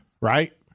right